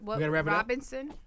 Robinson